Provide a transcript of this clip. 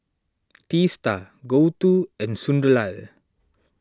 Teesta Gouthu and Sunderlal